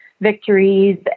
victories